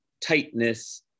tightness